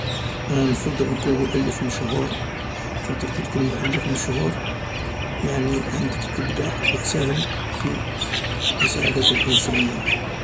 انا نفضل نكون مؤلف مشهور خاطر كي تكون مؤلف مشهور يعني عندك إبداع و تساهم في مساعدة الانسانية